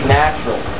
natural